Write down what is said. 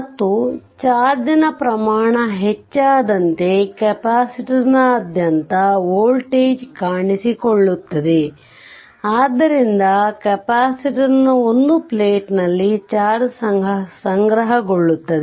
ಮತ್ತು ಚಾರ್ಜ್ ನ ಪ್ರಮಾಣ ಹೆಚ್ಚಾದಂತೆ ಕೆಪಾಸಿಟರರ್ನಾದ್ಯಂತ ವೋಲ್ಟೇಜ್ ಕಾಣಿಸಿಕೊಳ್ಳುತ್ತದೆ ಆದ್ದರಿಂದ ಕೆಪಾಸಿಟರ್ ನ ಒಂದು ಪ್ಲೇಟ್ ನಲ್ಲಿ ಚಾರ್ಜ್ ಸಂಗ್ರಹಗೊಳ್ಳುತ್ತದೆ